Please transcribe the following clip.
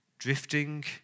Drifting